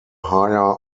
higher